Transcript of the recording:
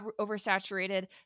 oversaturated